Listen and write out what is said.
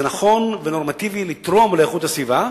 זה נכון ונורמטיבי לתרום לאיכות הסביבה,